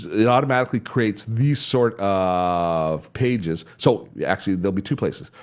it automatically creates these sort of pages. so yeah actually, there'll be two places.